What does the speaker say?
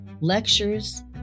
lectures